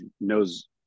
knows